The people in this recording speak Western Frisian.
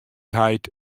heit